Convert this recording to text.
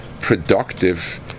productive